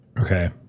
okay